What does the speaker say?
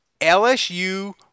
LSU